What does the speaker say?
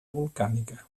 volcànica